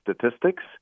statistics